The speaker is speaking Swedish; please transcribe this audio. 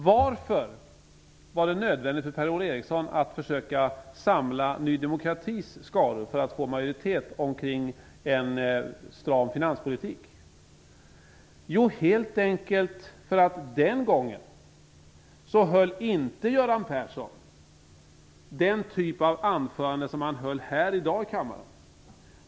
Varför var det nödvändigt för Per-Ola Eriksson att försöka samla Ny demokratis skaror för att få majoritet omkring en stram finanspolitik? Jo, helt enkelt därför att den gången höll Göran Persson inte den typ av anförande som han höll här i dag i kammaren.